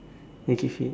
I give it